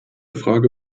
frage